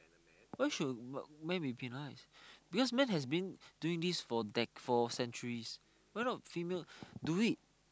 why should men be penalized because men has been doing this for decades centuries